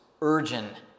urgent